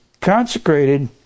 consecrated